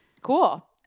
Cool